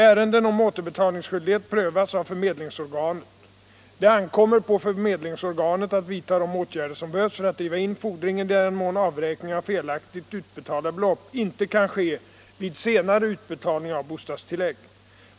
Ärenden om återbetalningsskyldighet prövas av förmedlingsorganet. Det ankommer på förmedlingsorganet att vidta de åtgärder som behövs för att driva in fordringen i den mån avräkning av felaktigt utbetalda belopp inte kan ske vid senare utbetalning av bostadstillägg.